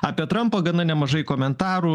apie trampą gana nemažai komentarų